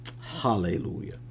Hallelujah